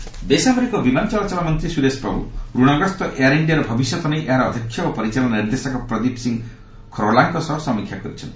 ପ୍ରଭୁ ବେସାମରିକ ବିମାନ ଚଳାଚଳ ମନ୍ତ୍ରୀ ସୁରେଶ ପ୍ରଭୁ ଋଣଗ୍ରସ୍ତ ଏୟାର ଇଣ୍ଡିଆର ଭବିଷ୍ୟତ ନେଇ ଏହାର ଅଧ୍ୟକ୍ଷ ଓ ପରିଚାଳନା ନିର୍ଦ୍ଦେଶକ ପ୍ରଦୀପ ସିଂହ ଖରୋଲାଙ୍କ ସହ ସମୀକ୍ଷା କରିଛନ୍ତି